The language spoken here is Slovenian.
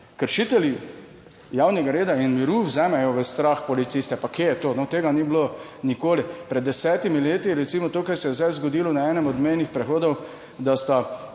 kršitelji javnega reda in miru vzamejo v strah policiste. Pa kje je to, no? Tega ni bilo nikoli. Pred desetimi leti recimo to, kar se je zdaj zgodilo na enem od mejnih prehodov, da sta